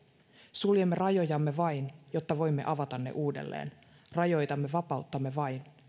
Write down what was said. suljemme rajojamme vain jotta voimme avata ne uudelleen rajoitamme vapauttamme vain